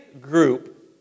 group